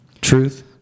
truth